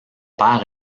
père